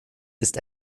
ist